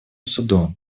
судом